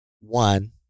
one